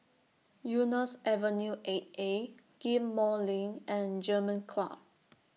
Eunos Avenue eight A Ghim Moh LINK and German Club